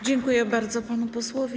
Dziękuję bardzo panu posłowi.